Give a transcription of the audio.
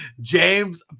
James